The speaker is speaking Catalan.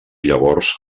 llavors